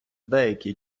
деякий